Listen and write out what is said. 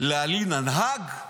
להלין על האג?